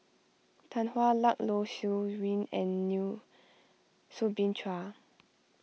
Tan Hwa Luck Low Siew Nghee and New Soo Bin Chua